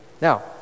Now